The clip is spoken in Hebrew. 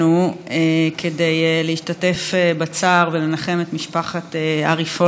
כדי להשתתף בצער ולנחם את משפחת ארי פולד,